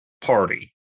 party